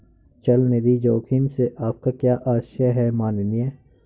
चल निधि जोखिम से आपका क्या आशय है, माननीय?